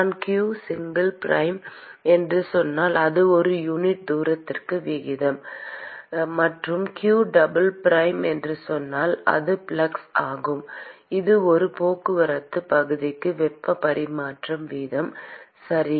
நான் q single prime என்று சொன்னால் அது ஒரு யூனிட் தூரத்திற்கு வீதம் மற்றும் q டபுள் பிரைம் என்று சொன்னால் அது ஃப்ளக்ஸ் ஆகும் இது ஒரு போக்குவரத்து பகுதிக்கு வெப்ப பரிமாற்ற வீதம் சரி